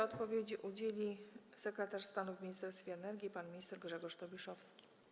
Odpowiedzi udzieli sekretarz stanu w Ministerstwie Energii pan minister Grzegorz Tobiszowski.